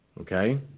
Okay